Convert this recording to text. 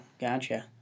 Gotcha